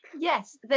Yes